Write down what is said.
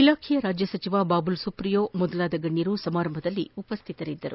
ಇಲಾಖೆಯ ರಾಜ್ಯ ಸಚಿವ ಬಾಬುಲ್ ಸುಪ್ರಿಯೊ ಮೊದಲಾದ ಗಣ್ಣರು ಸಮಾರಂಭದಲ್ಲಿ ಭಾಗವಹಿಸಿದ್ದರು